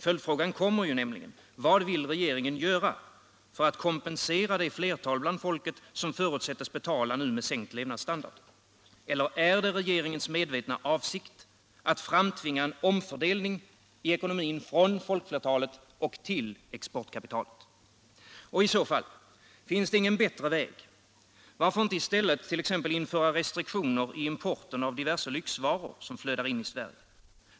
Följdfrågan blir: Vad vill regeringen göra för att kompensera det flertal inom folket som nu förutsätts betala med sänkt levnadsstandard? Eller är det regeringens medvetna avsikt att framtvinga en omfördelning i ekonomin från folkflertalet till exportkapitalet? Och i så fall: Finns det ingen bättre väg? Varför inte i stället t.ex. införa restriktioner i importen av diverse lyxvaror som flödar in i Sverige?